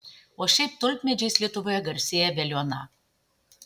o šiaip tulpmedžiais lietuvoje garsėja veliuona